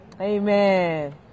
Amen